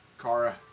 Kara